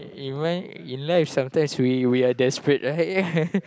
in life in life sometimes we we are desperate right